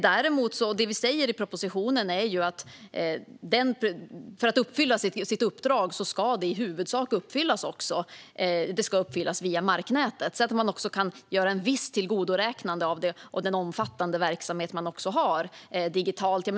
Det vi säger i propositionen är att man för att uppfylla sitt uppdrag i huvudsak ska uppfylla det via marknätet. Då kan man också göra ett visst tillgodoräknande av den omfattande verksamhet man har digitalt.